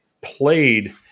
played –